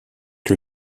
que